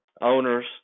owners